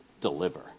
deliver